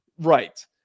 right